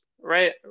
right